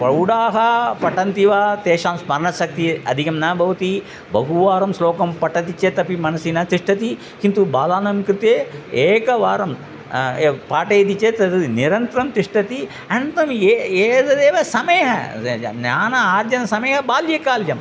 प्रौढाः पठन्ति वा तेषां स्मरणशक्तिः अधिकं न भवति बहुवारं श्लोकं पठति चेतपि मनसि न तिष्ठति किन्तु बालानां कृते एकवारं पाठयति चेत् तद् निरन्तरं तिष्ठति अनन्तरं ये एतदेव समय यय ज्ञानार्जनसमयः बाल्यकाल्यम्